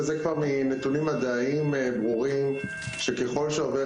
וזה כבר מנתונים מדעיים ברורים שככל שעובר